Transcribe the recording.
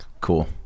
cool